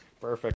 Perfect